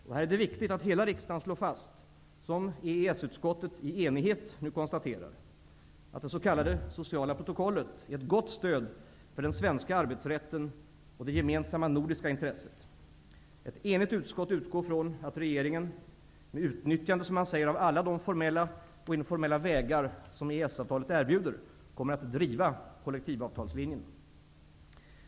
Och här är det viktigt att hela riksdagen slår fast -- som EES-utskottet i enighet nu konstaterar -- att det s.k. sociala protokollet är ett gott stöd för den svenska arbetsrätten och det gemensamma nordiska intresset. Ett enigt utskott utgår från att regeringen, med utnyttjande av alla de formella och informella vägar som EES-avtalet erbjuder, kommer att driva kollektivavtalslinjen.